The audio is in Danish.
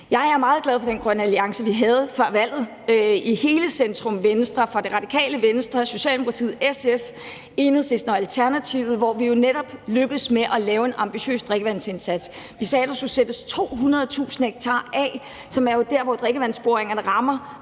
Jeg er meget glad for den grønne alliance, vi havde før valget i hele centrum-venstre mellem Radikale Venstre, Socialdemokratiet, SF, Enhedslisten og Alternativet, og hvor vi jo netop lykkedes med at lave en ambitiøs drikkevandsindsats. Vi sagde, at der skulle sættes 200.000 ha af der, hvor drikkevandsboringerne rammer,